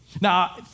Now